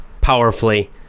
powerfully